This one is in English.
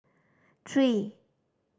three